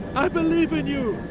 i believe in you!